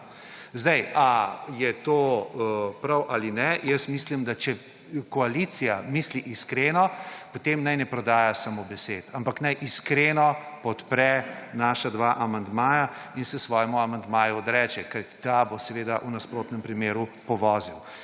Sedaj, ali je to prav ali ne, jaz mislim, da če koalicija misli iskreno, potem naj ne prodaja samo besed, ampak naj iskreno podpre naša dva amandmaja in se svojemu amandmaju odreče. Kajti, ta bo seveda v nasprotnem primeru povozil.